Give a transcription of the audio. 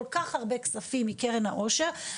כל כך הרבה כספים מקרן העושר,